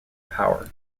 power